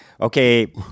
Okay